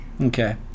okay